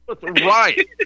right